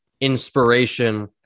inspiration